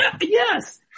Yes